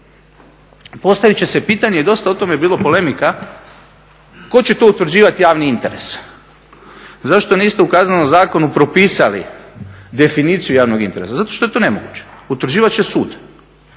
Postaviti će se pitanje i dosta je o tome bilo polemika tko će to utvrđivati javni interes. Zašto niste u kaznenom zakonu propisali definiciju javnog interesa, zato što je to nemoguće, utvrđivati će sud.